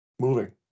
moving